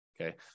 okay